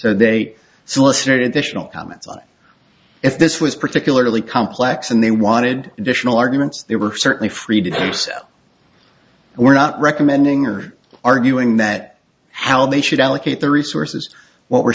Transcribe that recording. the tional comments if this was particularly complex and they wanted additional arguments they were certainly free to do so we're not recommending or arguing that how they should allocate the resources what we're